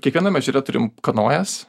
kiekvienam ežere turim kanojas